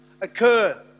occur